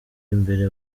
imbere